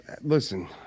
listen